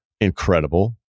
incredible